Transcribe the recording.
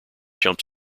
jumps